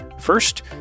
First